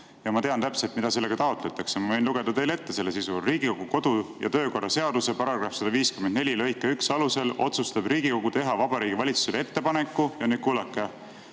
ja ma tean täpselt, mida sellega taotletakse. Ma võin teile selle sisu ette lugeda: "Riigikogu kodu‑ ja töökorra seaduse § 154 lõike 1 alusel otsustab Riigikogu teha Vabariigi Valitsusele ettepaneku [Ja nüüd kuulake!